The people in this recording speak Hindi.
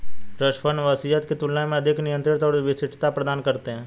ट्रस्ट फंड वसीयत की तुलना में अधिक नियंत्रण और विशिष्टता प्रदान करते हैं